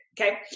okay